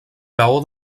peó